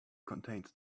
contains